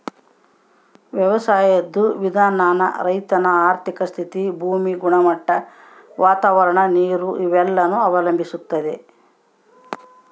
ವ್ಯವಸಾಯುದ್ ವಿಧಾನಾನ ರೈತನ ಆರ್ಥಿಕ ಸ್ಥಿತಿ, ಭೂಮಿ ಗುಣಮಟ್ಟ, ವಾತಾವರಣ, ನೀರು ಇವೆಲ್ಲನ ಅವಲಂಬಿಸ್ತತೆ